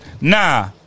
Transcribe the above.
nah